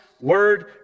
word